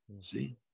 see